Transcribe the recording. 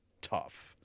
tough